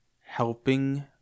helping